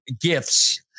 gifts